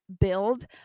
build